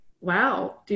wow